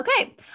okay